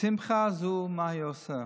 ולשמחה מה זו עושה?